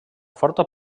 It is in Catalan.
forta